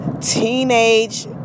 Teenage